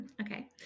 Okay